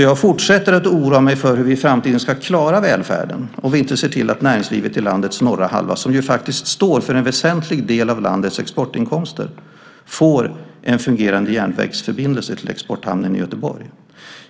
Jag fortsätter att oroa mig för hur vi i framtiden ska klara välfärden om vi inte ser till att näringslivet i landets norra halva, som ju faktiskt står för en väsentlig del av landets exportinkomster, får en fungerande järnvägsförbindelse till exporthamnen i Göteborg.